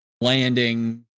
landing